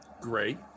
Great